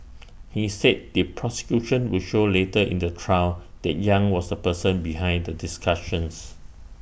he said the prosecution would show later in the trial that yang was the person behind the discussions